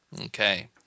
Okay